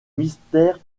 mystère